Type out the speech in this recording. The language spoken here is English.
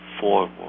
forward